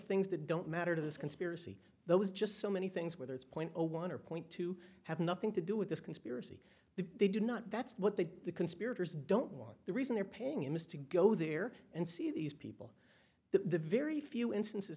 things that don't matter to this conspiracy those just so many things whether it's point a one or point two have nothing to do with this conspiracy they do not that's what the conspirators don't want the reason they're paying him is to go there and see these people the very few instances